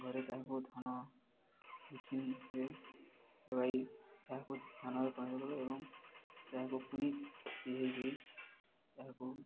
ଘରେ ତାହାକୁ ଧାନ ମେସିନରେ ଲଗାଇ ତାହାକୁ ଧାନରେ ପାଣି ଦେଲୁ ଏବଂ ତାହାକୁ ପୁଣି ସି ହେଇକି ତାହାକୁ